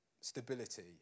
stability